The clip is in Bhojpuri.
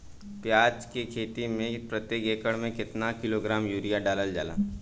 प्याज के खेती में प्रतेक एकड़ में केतना किलोग्राम यूरिया डालल जाला?